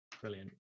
Brilliant